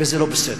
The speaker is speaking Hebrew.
וזה לא בסדר.